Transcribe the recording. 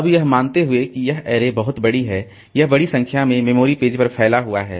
अब यह मानते हुए कि यह अरे बहुत बड़ी है यह बड़ी संख्या में मेमोरी पेज पर फैला हुआ है